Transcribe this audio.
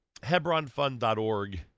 hebronfund.org